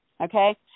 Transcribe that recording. Okay